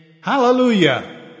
Hallelujah